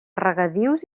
regadius